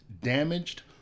damaged